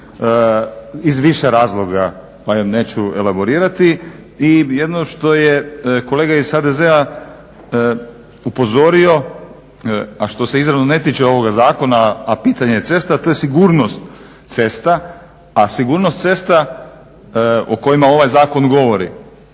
iz više razloga pa je neću elaborirati. Jedino što je kolega iz HDZ-a upozorio, a što se izravno ne tiče ovoga zakona, a pitanje je cesta to je sigurnost cesta, a sigurnost cesta o kojima ovaj zakon govori.